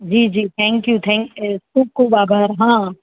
જી જી thank you thank અ ખૂબ ખૂબ આભાર હં